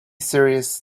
series